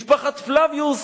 משפחת פלביוס,